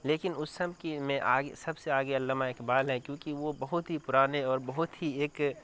لیکن اس سب کی میں آگے سب سے آگے علامہ اقبال ہیں کیونکہ وہ بہت ہی پرانے اور بہت ہی ایک